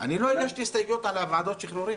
אני לא הגשתי הסתייגויות על ועדות השחרורים.